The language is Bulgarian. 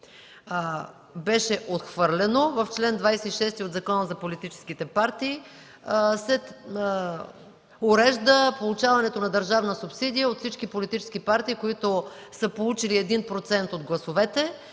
беше отхвърлено. В чл. 26 от Закона за политическите партии се урежда получаването на държавна субсидия от всички политически партии, които са получили 1% от гласовете.